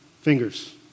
Fingers